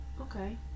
okay